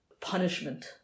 punishment